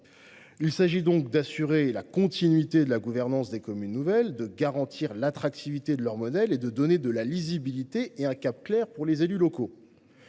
Il s’agit ainsi d’assurer la continuité de la gouvernance des communes nouvelles, de garantir l’attractivité de leur modèle et de donner de la lisibilité et un cap clair pour les élus locaux.